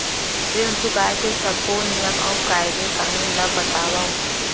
ऋण चुकाए के सब्बो नियम अऊ कायदे कानून ला बतावव